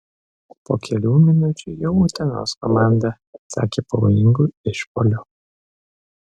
po kelių minučių jau utenos komanda atsakė pavojingu išpuoliu